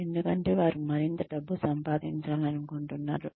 ఎందుకంటే వారు మరింత డబ్బు సంపాదించాలనుకుంటున్నారు